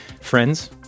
Friends